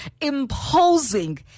imposing